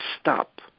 stop